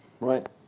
Right